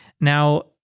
Now